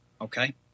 Okay